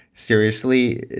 seriously,